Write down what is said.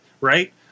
right